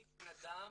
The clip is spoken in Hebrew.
אני בנאדם